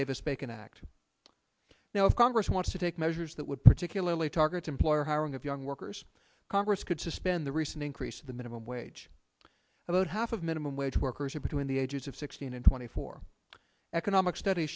davis bacon act now if congress wants to take measures that would particularly target employer hiring of young workers congress could suspend the recent increase the minimum wage about half of minimum wage workers are between the ages of sixteen and twenty four economic studies